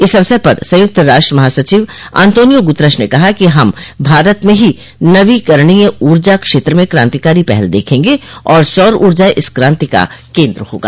इस अवसर पर संयुक्त राष्ट्र महासचिव अन्तोनियो गुतरश ने कहा कि हम भारत में ही नवीकरणीय ऊर्जा क्षेत्र में क्रांतिकारी पहल देखेंगे और सौर ऊर्जा इस क्रांति का केन्द्र होगा